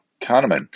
Kahneman